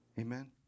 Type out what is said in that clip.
Amen